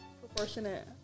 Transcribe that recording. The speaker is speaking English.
Proportionate